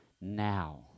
now